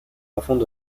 enfants